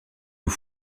aux